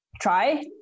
try